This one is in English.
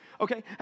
Okay